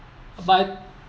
but